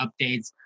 updates